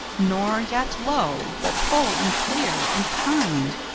nor yet low, but full, and clear, and kind,